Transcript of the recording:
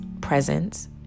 presence